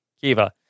Kiva